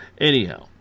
anyhow